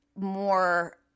more